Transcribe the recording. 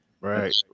Right